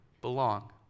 belong